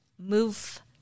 move